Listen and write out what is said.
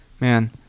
man